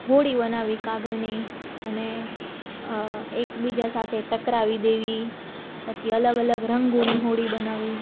હોડી બનાવી કાગળની અને એક બીજા સાથે ટકરાવી દેવી પછી અલગ અલગ રંગોની હોડી બનાવી